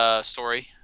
story